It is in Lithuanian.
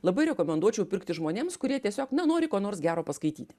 labai rekomenduočiau pirkti žmonėms kurie tiesiog nenori ko nors gero paskaityti